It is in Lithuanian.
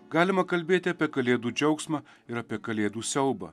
galima kalbėti apie kalėdų džiaugsmą ir apie kalėdų siaubą